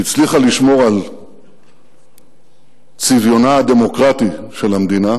היא הצליחה לשמור על צביונה הדמוקרטי של המדינה